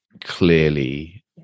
clearly